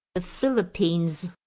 the philippines,